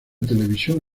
televisión